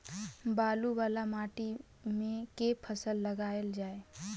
बालू वला माटि मे केँ फसल लगाएल जाए?